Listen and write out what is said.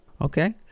Okay